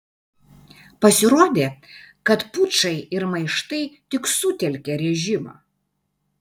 pasirodė kad pučai ir maištai tik sutelkia režimą